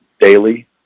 daily